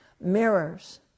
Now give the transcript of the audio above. mirrors